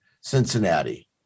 Cincinnati